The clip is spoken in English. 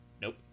Nope